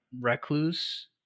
recluse